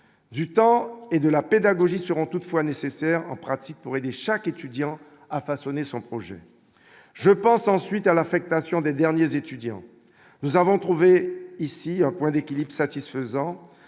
du temps et de la pédagogie seront toutefois nécessaires en pratique pour aider chaque étudiant a façonné son projet je pense ensuite à l'affectation des derniers étudiants, nous avons trouvé ici un point d'équilibre satisfaisant